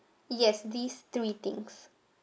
yes these three things